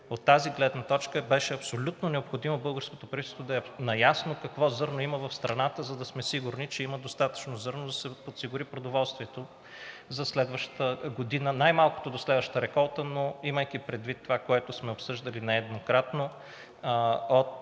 От тази гледна точка беше абсолютно необходимо българското правителство да е наясно какво зърно има в страната, за да сме сигурни, че има достатъчно зърно да се подсигури продоволствието за следващата година – най малко до следващата реколта, но имайки предвид това, което сме обсъждали нееднократно,